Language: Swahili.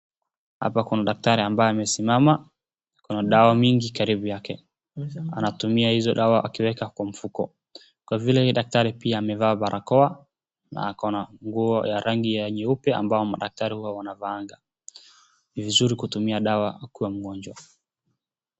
Hapa kuna daktari ambaye amesimama na dawa mingi karibu yake, anatumia hizo dawa akiweka kwa mfuko, kwa vile daktari pia amevaa barakoa na ako na nguo ya rangi ya nyeupe ambao daktari wanavaanga. Ni vizuri kutumia dawa akiwa mgonjwa.